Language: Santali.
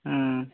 ᱦᱩᱸ